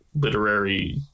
literary